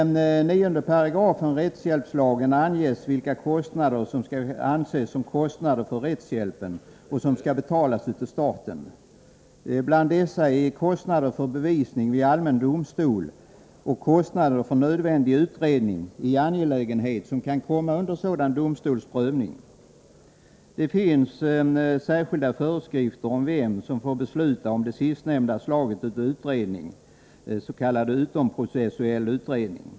19 § rättshjälpslagen anges vilka kostnader som skall anses som kostnader för rättshjälp och som skall betalas av staten. Bland dessa är kostnader för bevisning vid allmän domstol och kostnader för nödvändig utredning i angelägenhet som kan komma under en sådan domstols prövning. Det finns särskilda föreskrifter om vem som får besluta om det sistnämda slaget av utredning, s.k. utomprocessuell utredning.